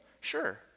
sure